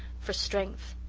for strength,